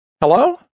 Hello